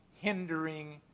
hindering